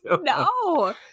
No